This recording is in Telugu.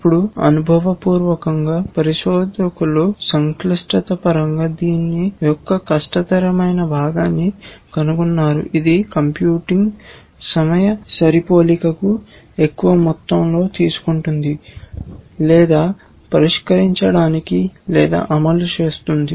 ఇప్పుడు అనుభవపూర్వకంగా పరిశోధకులు సంక్లిష్టత పరంగా దీని యొక్క కష్టతరమైన భాగాన్ని కనుగొన్నారు ఇది కంప్యూటింగ్ సమయ సరిపోలికను ఎక్కువ మొత్తంలో తీసుకుంటుంది లేదా పరిష్కరించడానికి లేదా అమలు చేస్తుంది